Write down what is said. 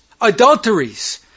adulteries